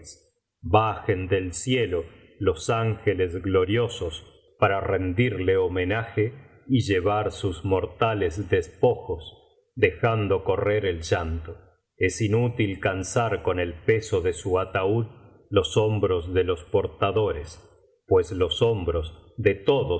bajen del cielo los ángehs gloriosos para rendirle homenaje y llevar sus mortales despojos dejando correr el llanto es inútil cansar con el peso de su ataúd los hombros de los portadores pues los hombros de